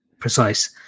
Precise